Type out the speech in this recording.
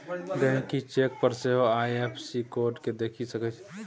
गहिंकी चेक पर सेहो आइ.एफ.एस.सी कोड केँ देखि सकै छै